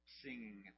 singing